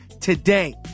today